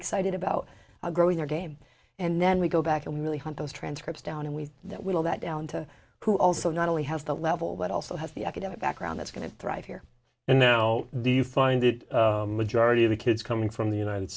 excited about growing their game and then we go back and really hunt those transcripts down and we that will that down to who also not only has the level but also has the academic background that's going to thrive here and now do you find the majority of the kids coming from the united